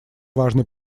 важный